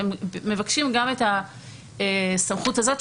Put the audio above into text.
הם מבקשים גם את הסמכות הזאת,